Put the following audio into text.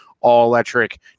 all-electric